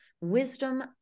wisdom